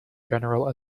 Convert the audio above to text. general